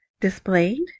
displayed